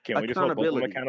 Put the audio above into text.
accountability